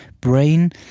brain